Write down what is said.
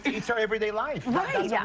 it's everyday life. yeah